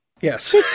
Yes